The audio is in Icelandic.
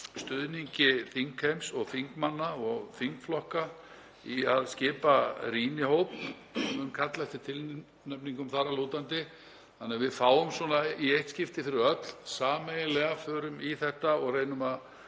stuðningi þingheims og þingmanna og þingflokka í að skipa rýnihóp, mun kalla eftir tilnefningum þar að lútandi, þannig að við förum í eitt skipti fyrir öll sameiginlega í þetta og reynum að